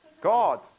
God